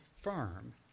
firm